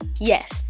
Yes